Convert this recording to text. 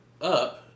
up